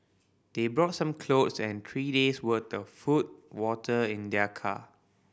they brought some clothes and three days' worth the food water in their car